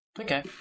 Okay